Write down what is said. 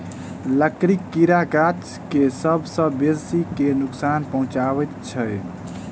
लकड़ीक कीड़ा गाछ के सभ सॅ बेसी क नोकसान पहुचाबैत छै